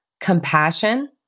compassion